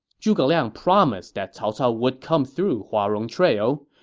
zhuge liang promised that cao cao would come through huarong trail,